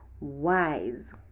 wise